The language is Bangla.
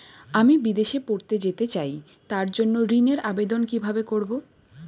আমি বিদেশে পড়তে যেতে চাই তার জন্য ঋণের আবেদন কিভাবে করব?